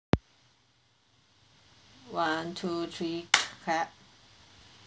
one two three clap